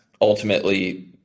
ultimately